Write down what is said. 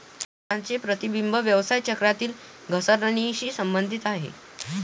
संस्थांचे प्रतिबिंब व्यवसाय चक्रातील घसरणीशी संबंधित आहे